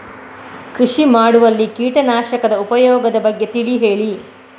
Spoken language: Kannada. ಕೃಷಿ ಮಾಡುವಲ್ಲಿ ಕೀಟನಾಶಕದ ಉಪಯೋಗದ ಬಗ್ಗೆ ತಿಳಿ ಹೇಳಿ